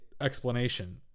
explanation